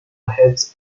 hands